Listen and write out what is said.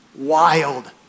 wild